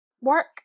work